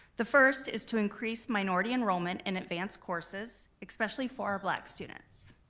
the first is to increase minority enrollment in advance courses, especially for our black students.